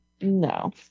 No